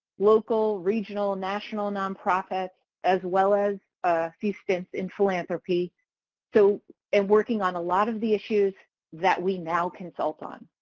local, regional, national non-profits as well as a few stints in philanthropy so and working on a lot of the issues that we now consult on.